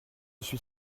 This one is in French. suis